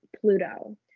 Pluto